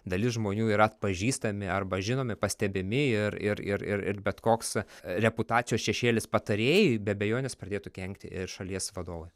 dalis žmonių yra atpažįstami arba žinomi pastebimi ir ir ir ir bet koks reputacijos šešėlis patarėjui be abejonės pradėtų kenkti ir šalies vadovui